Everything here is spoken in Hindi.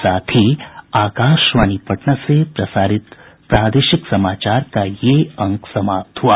इसके साथ ही आकाशवाणी पटना से प्रसारित प्रादेशिक समाचार का ये अंक समाप्त हुआ